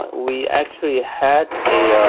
we actually had,